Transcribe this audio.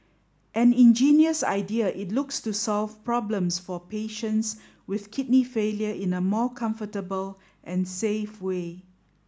an ingenious idea it looks to solve problems for patients with kidney failure in a more comfortable and safe way